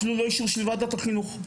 אפילו לא אישור של ועדת החינוך.